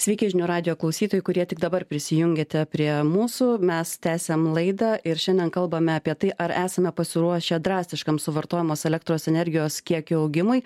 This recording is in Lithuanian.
sveiki žinių radijo klausytojų kurie tik dabar prisijungiate prie mūsų mes tęsiam laidą ir šiandien kalbame apie tai ar esame pasiruošę drastiškam suvartojamos elektros energijos kiekio augimui